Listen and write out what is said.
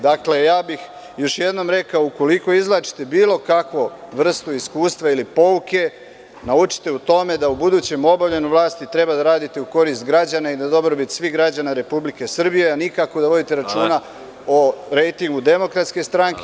Dakle, ja bih još jednom rekao da ukoliko izvlačite bilo kakvu vrstu iskustva ili pouke, naučite u tome da u budućem obavljenom vlasti treba da radite u korist građana i za dobrobit svih građana Republike Srbije, a nikako da vodite računa o rejtingu Demokratske stranke.